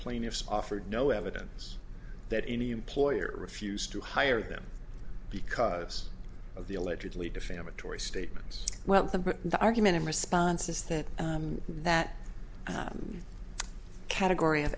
plaintiffs offered no evidence that any employer refused to hire them because of the allegedly defamatory statements welcome but the argument in response is that that category of